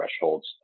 thresholds